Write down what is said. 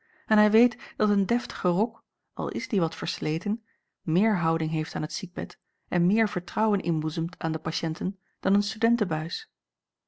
en hij weet dat een deftige rok al is die wat versleten meer houding heeft aan t ziekbed en meer vertrouwen inboezemt aan de patiënten dan een studentebuis